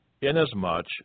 inasmuch